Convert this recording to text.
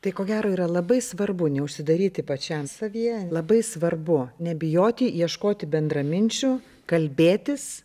tai ko gero yra labai svarbu neužsidaryti pačiam savyje labai svarbu nebijoti ieškoti bendraminčių kalbėtis